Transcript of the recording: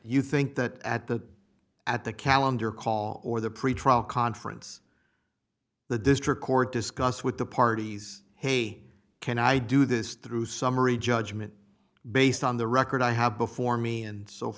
you think that at the at the calendar call or the pretrial conference the district court discuss with the parties hey can i do this through summary judgment based on the record i have before me and so